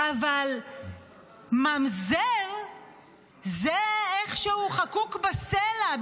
אבל ממזר זה איכשהו חקוק בסלע,